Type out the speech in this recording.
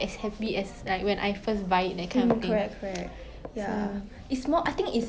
ah